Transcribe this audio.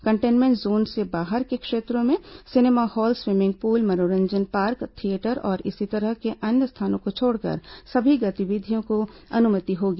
containment zone से बाहर के क्षेत्रों में सिनेमा हॉल स्वीमिंग पूल मनोरंजन पार्क थिएटर और इसी तरह के स्थानों को छोड़कर सभी गतिविधियों की अनुमति होगी